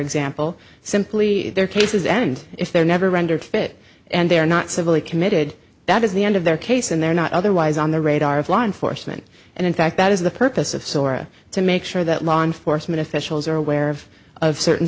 example simply their cases and if they're never rendered fit and they are not civilly committed that is the end of their case and they're not otherwise on the radar of law enforcement and in fact that is the purpose of sora to make sure that law enforcement officials are aware of of certain